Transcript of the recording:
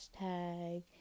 hashtag